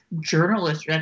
journalists